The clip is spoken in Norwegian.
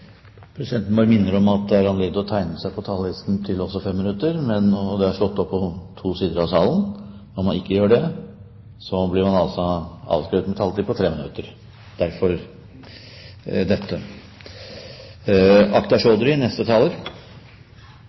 Presidenten bare minner om at det er anledning til å tegne seg på talerlisten også til 5-minutters innlegg, og det er slått opp på to sider av salen. Når man ikke gjør det, blir man avskrevet med en taletid på 3 minutter – derfor dette.